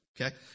Okay